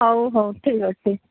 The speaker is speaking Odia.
ହଉ ହଉ ଠିକ୍ ଅଛି